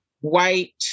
white